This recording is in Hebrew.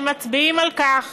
והם מצביעים על כך